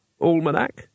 Almanac